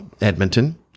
Edmonton